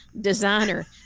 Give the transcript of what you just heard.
designer